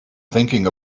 thinking